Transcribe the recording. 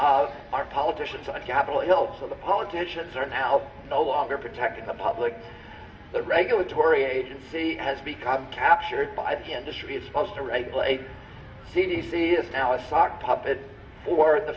of our politicians on capitol hill to the politicians are now no longer protecting the public the regulatory agency has become captured by the industry is supposed to regulate c d c is now a sock puppet for the